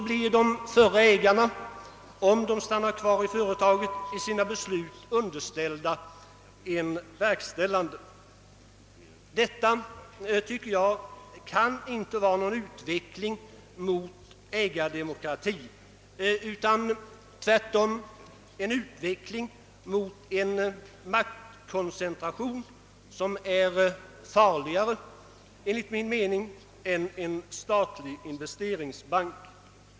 Om de förra ägarna stannar kvar i företaget, blir de i sina beslut underställda en verkställande direktör. Jag anser att detta inte kan vara en utveckling mot ägardemokrati, utan tvärtom en utveckling mot en maktkoncentration som är farligare än en statlig investeringsbank.